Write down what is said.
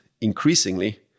increasingly